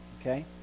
Okay